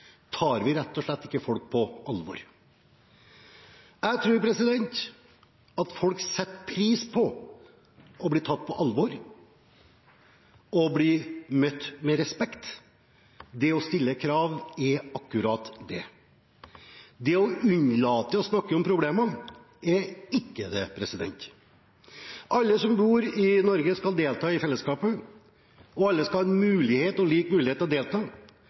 tar vi rett og slett ikke folk på alvor. Jeg tror at folk setter pris på å bli tatt på alvor og bli møtt med respekt. Det å stille krav er akkurat det. Det å unnlate å snakke om problemene er ikke det. Alle som bor i Norge, skal delta i fellesskapet, og alle skal ha lik mulighet til å delta.